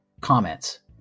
comments